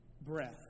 breath